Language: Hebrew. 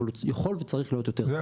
אבל הוא יכול וצריך להיות יותר --- זה,